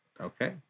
Okay